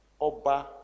Oba